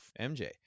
MJ